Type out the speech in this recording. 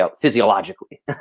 physiologically